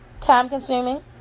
time-consuming